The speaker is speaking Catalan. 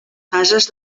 fases